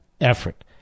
effort